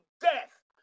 death